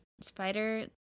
spider